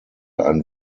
ein